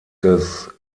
des